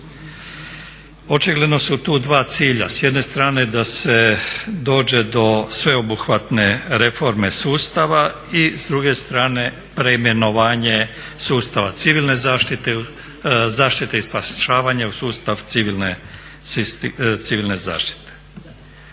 Očigledno su tu dva cilja, s jedne strane da se dođe do sveobuhvatne reforme sustava i s druge strane preimenovanje sustava civilne zaštite, zaštita i spašavanje u sustav civilne zaštite.